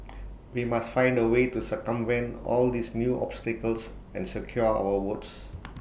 we must find A way to circumvent all these new obstacles and secure our votes